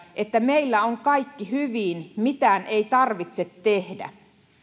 että meillä on kaikki hyvin mitään ei tarvitse tehdä